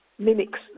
mimics